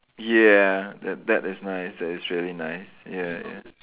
ya that that is nice that is really nice ya ya